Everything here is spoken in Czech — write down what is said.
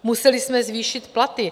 Museli jsme zvýšit platy.